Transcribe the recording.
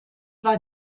war